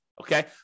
Okay